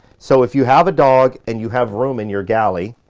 so if you have a dog and you have room in your galley,